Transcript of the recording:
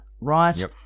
right